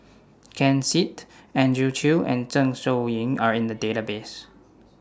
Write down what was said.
Ken Seet Andrew Chew and Zeng Shouyin Are in The Database